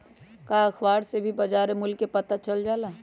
का अखबार से भी बजार मूल्य के पता चल जाला?